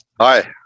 Hi